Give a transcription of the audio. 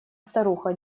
старуха